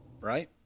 right